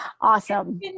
Awesome